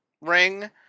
ring